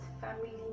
family